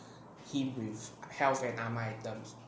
him with health and mana items